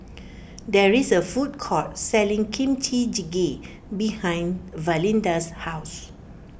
there is a food court selling Kimchi Jjigae behind Valinda's house